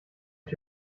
ich